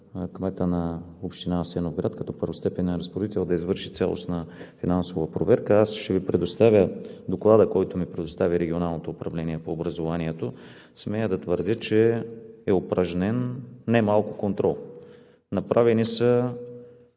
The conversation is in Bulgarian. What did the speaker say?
кмета на община Асеновград като първостепенен разпоредител да извърши цялостна финансова проверка. Аз ще Ви предоставя доклада, който ми предостави Регионалното управление по образованието. Смея да твърдя, че е упражнен немалко контрол. Направени са